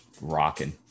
rocking